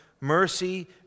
mercy